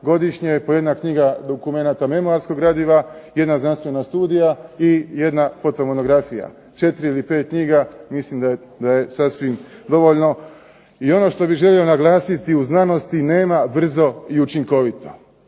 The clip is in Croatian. godišnje, po jedna knjiga dokumenata memoarskog gradiva, jedna znanstvena studija i jedna fotomonografija. Četiri ili pet knjiga mislim da je sasvim dovoljno. I ono što bih želio naglasiti u znanosti nema brzo i učinkovito